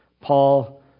Paul